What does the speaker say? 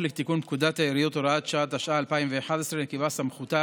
בהסתכלי על תוצאות ההצבעה אני מבין שקורונה